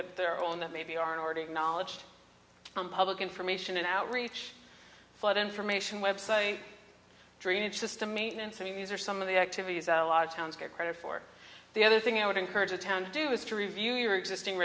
at their own that maybe are already acknowledged from public information and outreach flood information website drainage system maintenance i mean these are some of the activities a lot of towns get credit for the other thing i would encourage the town to do is to review your existing